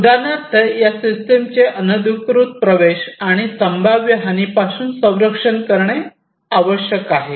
उदाहरणार्थ या सिस्टमचे अनधिकृत प्रवेश आणि संभाव्य हानीपासून संरक्षण करणे आवश्यक आहे